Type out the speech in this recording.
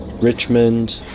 Richmond